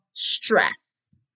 stress